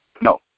no